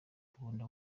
bukunda